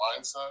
mindset